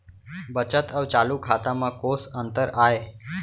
बचत अऊ चालू खाता में कोस अंतर आय?